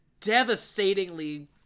devastatingly